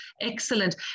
excellent